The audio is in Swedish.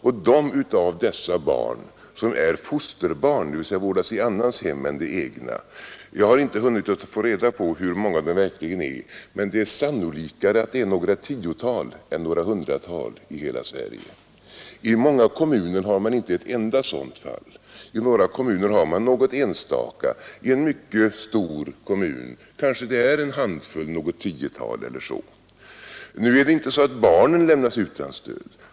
Hur många av dessa barn som är fosterbarn, dvs. barn som vårdas i annat hem än det egna, har jag inte hunnit ta reda på, men det är sannolikare att det är några tiotal än några hundratal i hela Sverige. I många kommuner har man inte ett enda sådant fall. I andra kommuner har man något enstaka. I en mycket stor kommun kanske det är en handfull, något tiotal eller så. Nu är det inte så att barnen lämnas utan stöd.